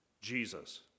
Jesus